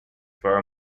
for